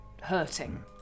hurting